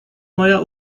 moja